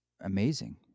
amazing